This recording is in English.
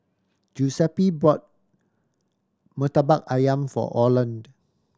Giuseppe brought Murtabak Ayam for Orland